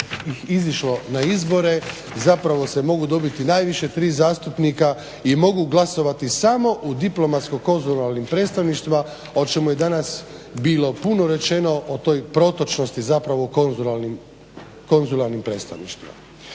izišlo na izbore zapravo se mogu dobiti najviše tri zastupnika i mogu glasovati samo u diplomatsko-konzularnim predstavništvima o čemu je danas bilo puno rečeno, o toj protočnosti zapravo u konzularnim predstavništvima.